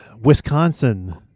Wisconsin